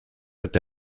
eta